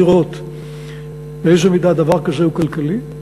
לראות באיזה מידה דבר כזה הוא כלכלי.